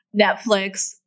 Netflix